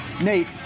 Nate